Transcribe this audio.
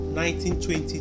1920